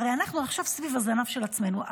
הרי עכשיו אנחנו סביב הזנב של עצמנו.